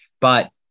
But-